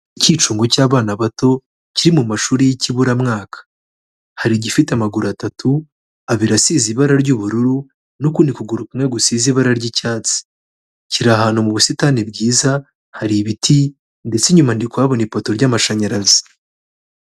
Ikicungo cy'abana bato, kiri mu mashuri y'ikiburamwaka. Hari igifite amaguru atatu, abiri asize ibara ry'ubururu n'ukundi kuguru kumwe gusize ibara ry'icyatsi. Kiri ahantu mu busitani bwiza, hari ibiti ndetse inyuma ndi kuhabona ipoto ry'amashanyarazi.